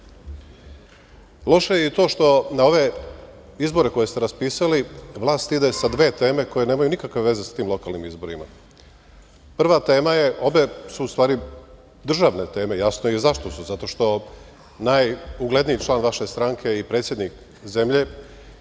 je i to što na ove izbore koje ste raspisali vlast ide sa dve teme koje nemaju nikakve veze sa tim lokalnim izborima. Obe su, u stvari, državne teme. Jasno je i zašto su. Zato što je najugledniji član vaše stranke i predsednik zemlje